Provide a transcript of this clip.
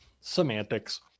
semantics